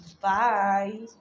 bye